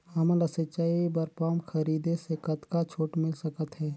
हमन ला सिंचाई बर पंप खरीदे से कतका छूट मिल सकत हे?